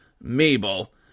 Mabel